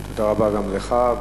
תודה רבה גם לך.